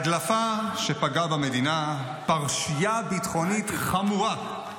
הדלפה שפגעה במדינה, פרשייה ביטחונית חמורה,